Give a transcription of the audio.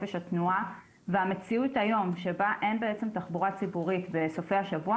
לחופש התנועה והמציאות היום שבה אין בעצם תחבורה ציבורית בסופי השבוע